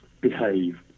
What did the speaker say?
behave